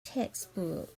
textbook